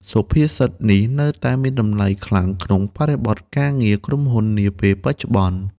សុភាសិតនេះនៅតែមានតម្លៃខ្លាំងក្នុងបរិបទការងារក្រុមហ៊ុននាពេលបច្ចុប្បន្ន។